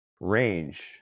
range